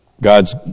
God's